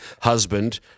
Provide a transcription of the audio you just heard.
husband